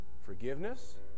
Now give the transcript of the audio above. forgiveness